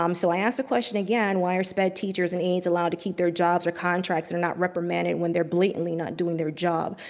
um so i ask the question again why our sped teachers and aids allowed to keep their jobs or contracts and not reprimanded when they're blatantly not doing their job,